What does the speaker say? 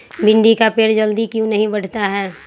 भिंडी का पेड़ जल्दी क्यों नहीं बढ़ता हैं?